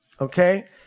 Okay